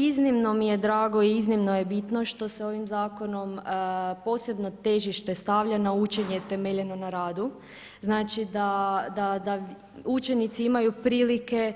Iznimno mi je drago i iznimno je bitno što se ovim zakonom posebno težište stavlja na učenje temeljeno na radu, znači da učenici imaju prilike